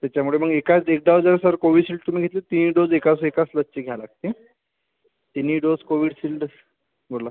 त्याच्यामुळे मग एकदाच जर कोविशिल्ड तुम्ही घेतली ते एक डोस एकाच एकाच लसची घ्याला लागते तिन्ही डोस कोविशिल्डच बोला